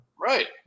Right